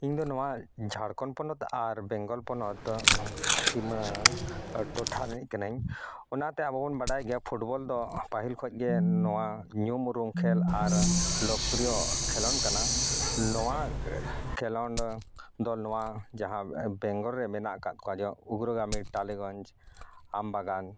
ᱤᱧ ᱫᱚ ᱱᱚᱣᱟ ᱡᱷᱟᱲᱠᱷᱚᱸᱰ ᱯᱚᱱᱚᱛ ᱟᱨ ᱵᱮᱝᱜᱚᱞ ᱯᱚᱱᱚᱛ ᱥᱤᱢᱟᱹ ᱴᱚᱴᱷᱟ ᱨᱤᱱᱤᱡ ᱠᱟᱹᱱᱟᱹᱧ ᱚᱱᱟᱛᱮ ᱟᱵᱚ ᱵᱚᱱ ᱵᱟᱰᱟᱭ ᱜᱮᱭᱟ ᱯᱷᱩᱴᱵᱚᱞ ᱫᱚ ᱯᱟᱹᱦᱤᱞ ᱠᱷᱚᱱᱜᱮ ᱱᱚᱣᱟ ᱧᱩᱢ ᱩᱨᱩᱢ ᱠᱷᱮᱹᱞ ᱟᱨ ᱞᱳᱠᱯᱨᱤᱭᱳ ᱠᱷᱮᱞᱚᱰ ᱠᱟᱱᱟ ᱱᱚᱣᱟ ᱠᱷᱮᱞᱚᱰ ᱱᱚᱣᱟ ᱡᱟᱦᱟᱸ ᱵᱮᱝᱜᱚᱞᱨᱮ ᱢᱮᱱᱟᱜ ᱟᱠᱟᱫ ᱠᱚᱣᱟ ᱡᱮᱢᱚᱱ ᱩᱜᱽᱨᱚᱜᱟᱹᱢᱤ ᱴᱟᱹᱞᱤᱜᱚᱸᱡᱽ ᱟᱢᱵᱟᱜᱟᱱ